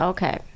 Okay